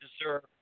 deserve